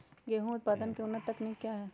गेंहू उत्पादन की उन्नत तकनीक क्या है?